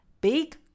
Big